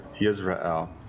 Israel